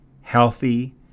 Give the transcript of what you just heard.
healthy